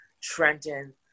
Trenton